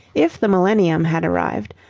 if the millennium had arrived,